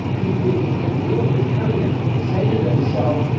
people who can't deal with a trillion say to themselves,